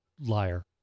liar